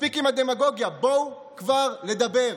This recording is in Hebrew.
מספיק עם הדמגוגיה, בואו כבר לדבר.